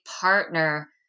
partner